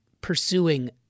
pursuing